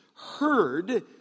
Heard